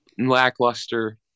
Lackluster